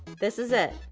this is it.